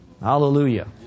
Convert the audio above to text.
Hallelujah